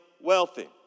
wealthy